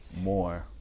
more